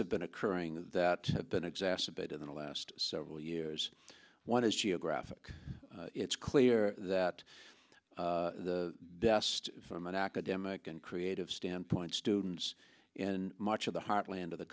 have been occurring that have been exacerbated in the last several years one is geographic it's clear that the best from an academic and creative standpoint students in much of the heartland of the